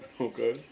Okay